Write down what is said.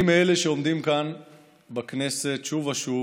אני מאלה שעומדים כאן בכנסת שוב ושוב